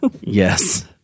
Yes